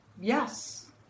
yes